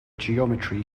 geometry